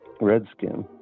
Redskin